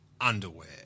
underwear